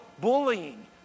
bullying